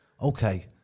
Okay